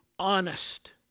honest